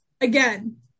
again